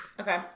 Okay